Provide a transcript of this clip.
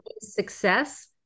success